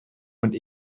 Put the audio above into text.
und